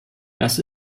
das